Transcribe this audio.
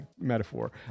metaphor